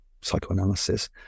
psychoanalysis